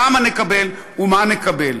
כמה נקבל ומה נקבל.